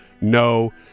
no